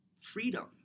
freedom